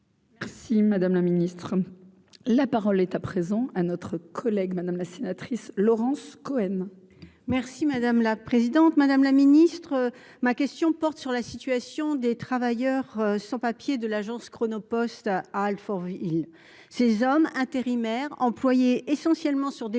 Si Madame la Ministre, la parole est à présent à notre collègue, Madame la sénatrice, Laurence Cohen. Merci madame la présidente, madame la ministre ma question porte sur la situation des travailleurs sans-papiers de l'agence Chronopost à Alfortville, ces hommes intérimaire employé essentiellement sur des